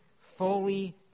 fully